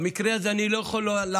במקרה הזה אני לא יכול לומר: